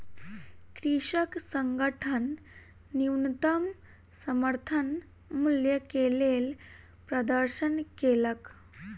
कृषक संगठन न्यूनतम समर्थन मूल्य के लेल प्रदर्शन केलक